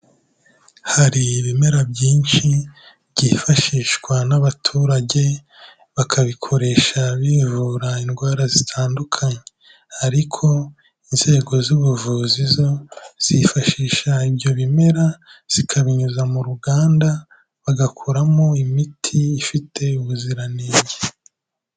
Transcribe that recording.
Hari ibimera byinshi byifashishwa n'abaturage, bakabikoresha bivura indwara zitandukanye, ariko inzego z'ubuvuzi zo, zifashisha ibyo bimera, zikabinyuza mu ruganda, bagakoramo imiti ifite ubuziranenge.